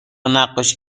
نقاشی